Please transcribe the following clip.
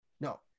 No